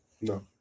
No